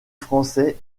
français